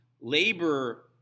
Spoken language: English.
Labor